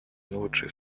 наилучшие